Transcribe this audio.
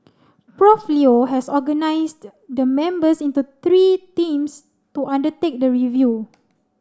Prof Leo has organised the members into three teams to undertake the review